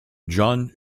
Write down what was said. john